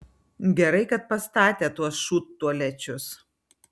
gerai kad pastatė tuos šūdtualečius